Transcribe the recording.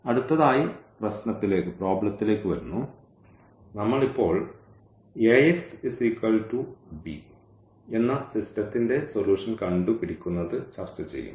അടുത്തതായി പ്രശ്നത്തിലേക്ക് വരുന്നു നമ്മൾ ഇപ്പോൾ Axb എന്ന സിസ്റ്റത്തിന്റെ സൊല്യൂഷൻ കണ്ടുപിടിക്കുന്നത് ചർച്ച ചെയ്യും